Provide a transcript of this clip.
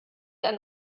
ein